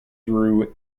through